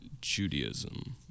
Judaism